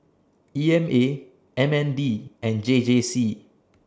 E M A M N D and J J C